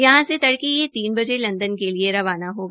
यहां से तड़के यह तीन बजे लंदन के लिए रवाना होगा